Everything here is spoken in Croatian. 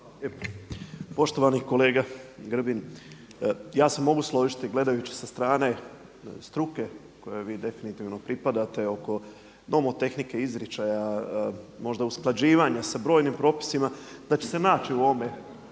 Poštovani kolega Grbin, ja se mogu složiti gledajući sa strane struke kojoj vi definitivno pripadate oko nomotehnike, izričaja, možda usklađivanja sa brojnim propisima da će se naći u ovome